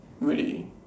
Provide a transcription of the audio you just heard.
really